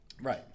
right